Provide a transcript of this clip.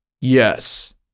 Yes